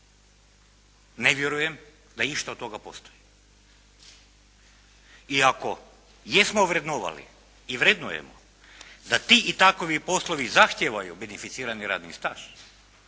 Ne vjerujem da išta od toga postoji. I ako jesmo vrednovali i vrednujemo da ti i takovi poslovi zahtijevaju beneficirani radni staž